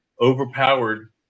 overpowered